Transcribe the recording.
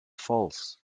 false